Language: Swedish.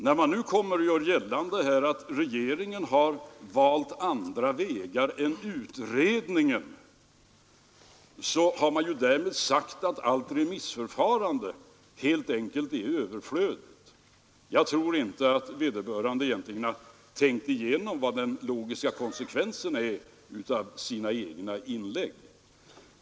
När man nu kommer och gör gällande att regeringen har valt andra vägar än utredningen, så har man därmed sagt att allt remissförfarande helt enkelt är överflödigt. Jag tror inte att vederbörande egentligen har tänkt igenom den logiska konsekvensen av sina egna inlägg.